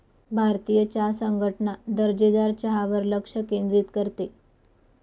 भारतीय चहा संघटना दर्जेदार चहावर लक्ष केंद्रित करते